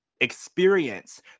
experience